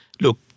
Look